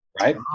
Right